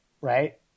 Right